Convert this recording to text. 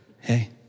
Hey